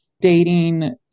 Dating